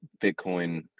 Bitcoin